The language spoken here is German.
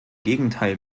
gegenteil